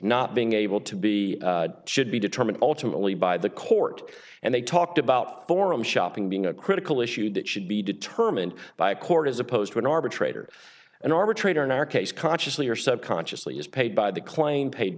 not being able to be should be determined ultimately by the court and they talked about forum shopping being a critical issue that should be determined by a court as opposed to an arbitrator an arbitrator in our case consciously or subconsciously is paid by the claim paid